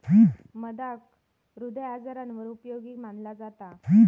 मधाक हृदय आजारांवर उपयोगी मनाला जाता